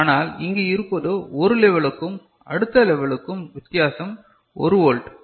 ஆனால் இங்கு இருப்பதோ ஒரு லெவலுக்கும் அடுத்த லெவலுக்கும் வித்தியாசம் ஒரு ஓல்ட்